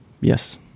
Yes